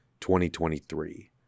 2023